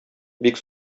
бик